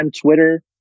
Twitter